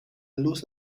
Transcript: luz